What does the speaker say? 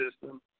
system